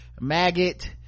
maggot